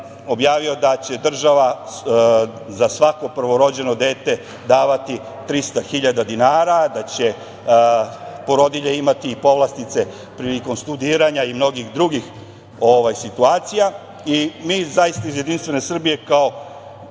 objavio da će država za svako prvorođeno dete davati 300 hiljada dinara, da će porodilje imati i povlastice priliko studiranja i mnogih drugih situacija i mi iz JS kao